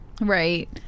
Right